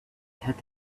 have